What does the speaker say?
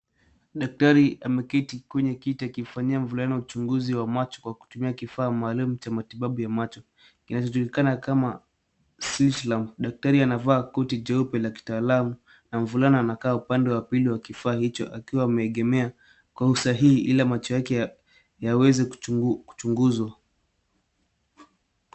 Daktari ameketi kwenye kiti akifanyia mvulana uchunguzi wa macho kwa kutumia kifaa maalum cha matibabu ya macho kinachojulikana kama Slit Lamp . Daktari amevaa koti jeupe la kitaalam, na mvulana anakaa upande wa pili wa kifaa hicho, akiwa ameegemea kwa usahihi, ili macho yake yaweze kuchunguzwa.